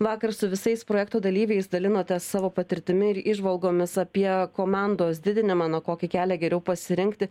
vakar su visais projekto dalyviais dalinotės savo patirtimi ir įžvalgomis apie komandos didinimą na kokį kelią geriau pasirinkti